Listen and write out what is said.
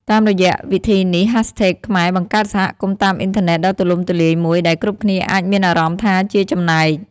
តាមរយៈវិធីនេះ hashtags ខ្មែរបង្កើតសហគមន៍តាមអ៊ីនធឺណិតដ៏ទូលំទូលាយមួយ ដែលគ្រប់គ្នាអាចមានអារម្មណ៍ថាជាចំណែក។